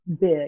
big